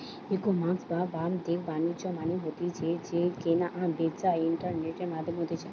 ecommerce বা বাদ্দিক বাণিজ্য মানে হতিছে যেই কেনা বেচা ইন্টারনেটের মাধ্যমে হতিছে